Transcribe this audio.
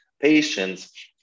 patients